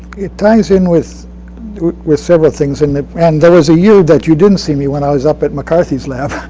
ties in with with several things. and and there was a year that you didn't see me when i was up at mccarthy's lab.